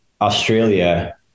Australia